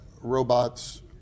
robots